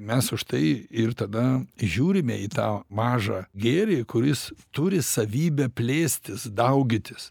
mes už tai ir tada žiūrime į tą mažą gėrį kuris turi savybę plėstis daugintis